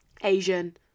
Asian